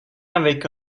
avec